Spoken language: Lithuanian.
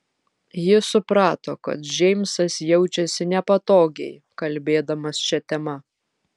ji suprato kad džeimsas jaučiasi nepatogiai kalbėdamas šia tema